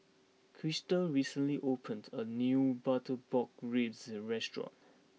Crysta recently opened a new Butter Pork Ribs restaurant